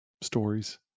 stories